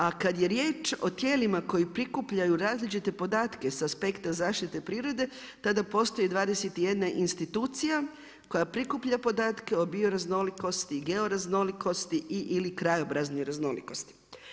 A kad je riječ o tijelima koji prikupljaju različite podatke sa aspekta zaštite prirode tada postoji 21 institucija koja prikuplja podatke o bioraznolikosti, o georaznolikosti i/ili krajobraznih raznolikosti.